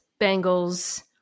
Bengals